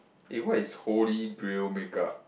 eh what is holy grail makeup